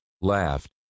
laughed